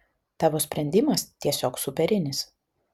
tavo sprendimas tiesiog superinis